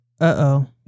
uh-oh